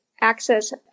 access